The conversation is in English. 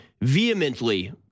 vehemently